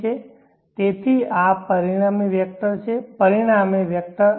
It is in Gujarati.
છે તેથી આ વેક્ટર છે પરિણામે વેક્ટર R